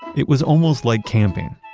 it was almost like camping,